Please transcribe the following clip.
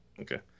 Okay